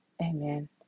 Amen